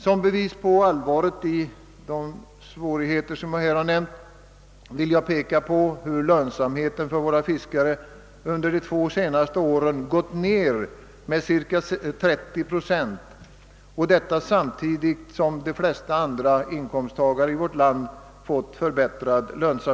Som bevis på hur allvarliga de svårigheter är som jag här pekat på, vill jag nämna, att lönsamheten för våra fiskare under de två senaste åren gått ned med cirka 30 procent samtidigt som de flesta andra inkomsttagarna i vårt land fått bättre löner.